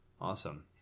Awesome